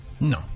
No